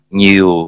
nhiều